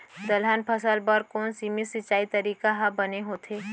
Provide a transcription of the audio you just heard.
दलहन फसल बर कोन सीमित सिंचाई तरीका ह बने होथे?